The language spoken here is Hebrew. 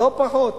לא פחות.